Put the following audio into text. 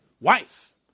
wife